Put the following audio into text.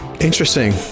Interesting